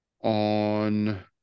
on